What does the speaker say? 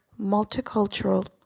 multicultural